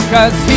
Cause